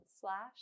slash